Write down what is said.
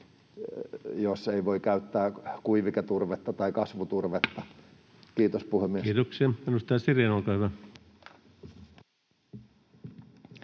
jos ei voi käyttää kuiviketurvetta tai kasvuturvetta. — Kiitos, puhemies. Kiitoksia. — Edustaja Sirén, olkaa hyvä.